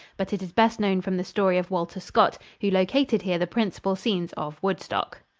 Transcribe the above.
but it is best known from the story of walter scott, who located here the principal scenes of woodstock.